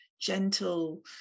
gentle